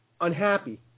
unhappy